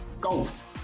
Golf